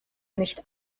nicht